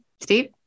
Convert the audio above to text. Steve